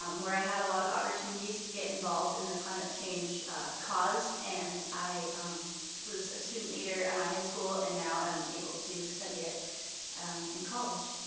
um where i had a lot of opportunities to get involved in the climate change cause. and, i was a student leader at my high school and now am able to study it in college.